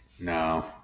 No